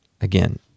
Again